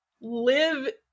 live